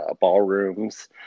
ballrooms